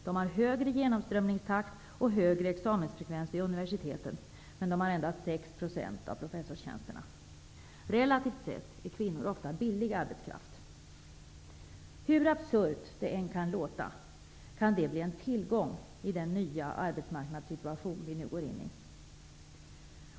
De har högre genomströmningstakt och högre examensfrekvens vid universiteten, men de innehar endast 6 % av professorstjänsterna. Relativt sett är kvinnor ofta billig arbetskraft. Hur absurt det än kan låta kan detta bli en tillgång i den nya arbetsmarknadssituation som vi nu går in i.